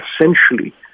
essentially